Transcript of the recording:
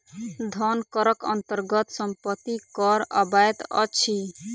धन करक अन्तर्गत सम्पत्ति कर अबैत अछि